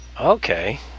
Okay